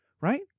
right